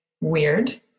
weird